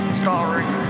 starring